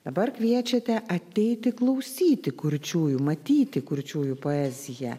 dabar kviečiate ateiti klausyti kurčiųjų matyti kurčiųjų poeziją